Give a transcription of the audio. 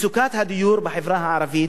מצוקת הדיור בחברה הערבית,